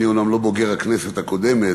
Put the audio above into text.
אני אומנם לא בוגר הכנסת הקודמת,